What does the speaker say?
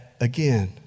again